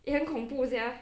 eh 很恐怖 sia